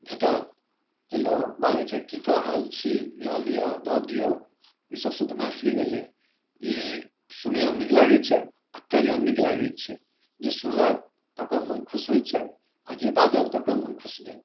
भेटत जे लोक बाजै छै की कऽ रहल छी लऽ लिऽ दऽ दियौ ई सब शुद्ध मैथिली भेलै ई सुनेयौमे नीक लागै छै आओर कहैयोमे नीक लागै छै जे सुनलक तकरो मोन खुश होइ छै आओर जे बाजल तकरो मन खुश भेल